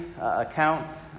accounts